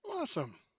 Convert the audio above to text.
Awesome